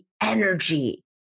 energy